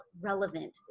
relevant